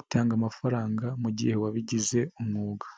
utanga amafaranga mu gihe wabigize umwuga.